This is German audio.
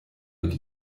mit